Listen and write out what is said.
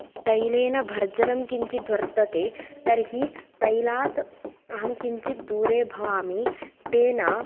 तैलेन भर्जनं किञ्चिद्वर्तते तर्हि तैलात् अहं किञ्चिद् दूरे भवामि तेन